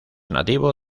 nativo